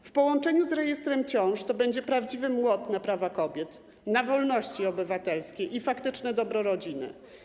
W połączeniu z rejestrem ciąż to będzie prawdziwy młot na prawa kobiet, na wolności obywatelskie i faktyczne dobro rodziny.